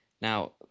Now